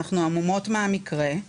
אנחנו המומות מהמקרה.